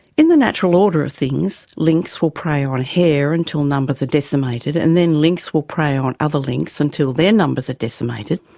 in the natural order of things, lynx will prey on hare until numbers are decimated and then lynx will prey on other lynx, until their numbers are decimated.